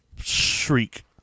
shriek